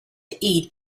eat